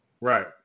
Right